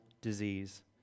disease